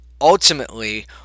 ultimately